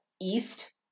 east